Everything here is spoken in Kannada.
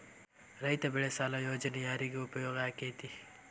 ರೈತ ಬೆಳೆ ಸಾಲ ಯೋಜನೆ ಯಾರಿಗೆ ಉಪಯೋಗ ಆಕ್ಕೆತಿ?